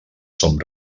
som